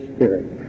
Spirit